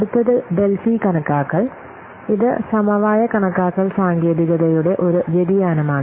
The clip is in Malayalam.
അടുത്തത് ഡെൽഫി കണക്കാക്കൽ ഇത് സമവായ കണക്കാക്കൽ സാങ്കേതികതയുടെ ഒരു വ്യതിയാനമാണ്